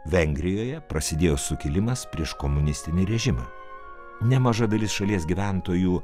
vengrijoje prasidėjo sukilimas prieš komunistinį režimą nemaža dalis šalies gyventojų